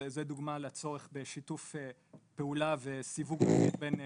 דוגמא לצורך בשיתוף פעולה וסיווג ..בין גופים,